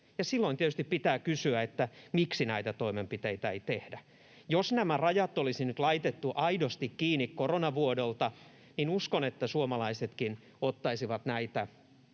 Silloin tietysti pitää kysyä: miksi näitä toimenpiteitä ei tehdä? Jos nämä rajat olisi nyt laitettu aidosti kiinni koronavuodolta, uskon, että suomalaisetkin ottaisivat näitä